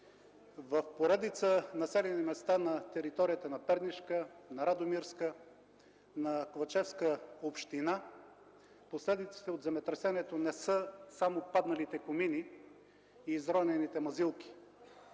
В поредица населени места на територията на Пернишка, Радомирска, Ковачевска общини последиците от земетресението не са само падналите комини и изронените мазилки.